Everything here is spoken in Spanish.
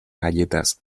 galletas